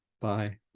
Bye